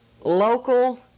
local